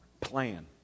plan